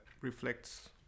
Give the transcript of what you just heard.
reflects